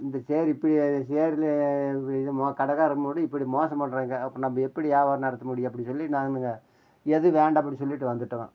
இந்த ச்சேர் இப்படி சேரில் இப்படி மோ கடைக்காரன் மோடி இப்படி மோசம் பண்ணுறாங்க அப்போ நம்ம எப்படி வியாபாரம் நடத்த முடியும் அப்படின்னு சொல்லி நாங்கள் எதுவும் வேண்டாம்னு சொல்லிவிட்டு வந்துட்டோம்